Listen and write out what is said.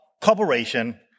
cooperation